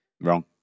Wrong